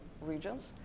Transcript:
regions